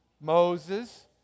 Moses